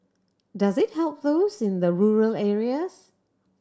does it help those in the rural areas